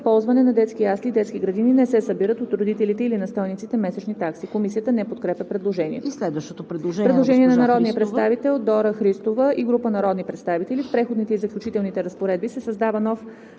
ползване на детски ясли и детски градини не се събират от родителите или настойниците месечни такси.“ Комисията не подкрепя предложението. Предложение на народния представител Дора Христова и група народни представители: „В Преходните и заключителните разпоредби се създава нов